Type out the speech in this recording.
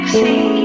see